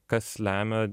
kas lemia